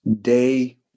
day